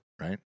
right